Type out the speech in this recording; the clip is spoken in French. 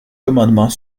commandement